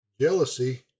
Jealousy